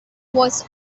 was